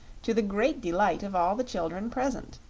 to the great delight of all the children present.